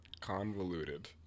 convoluted